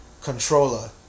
Controller